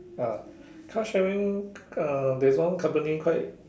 ya car sharing uh there is one company quite